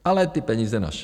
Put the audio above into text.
Ale ty peníze našel.